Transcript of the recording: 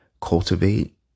cultivate